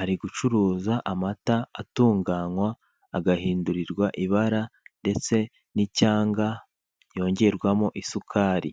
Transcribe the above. ari gucuruza amata atunganywa agahindurirwa ibara ndetse n'icyanga, yongerwamo isukari.